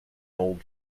old